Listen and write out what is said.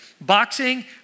Boxing